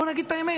בוא נגיד את האמת: